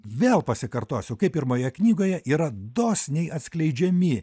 vėl pasikartosiu kaip pirmoje knygoje yra dosniai atskleidžiami